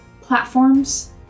platforms